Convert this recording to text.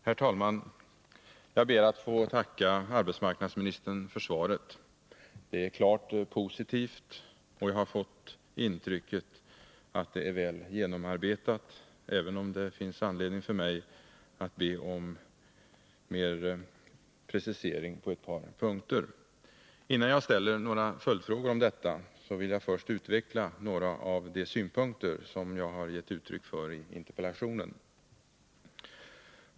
Herr talman! Jag ber att få tacka arbetsmarknadsministern för svaret. Det är klart positivt, och jag har fått intrycket att det är väl genomarbetat, även om det finns anledning för mig att be om precisering på ett par punkter. Innan jag ställer några följdfrågor om detta, vill jag först utveckla några av de synpunkter som jag har gett uttryck för i interpellationen.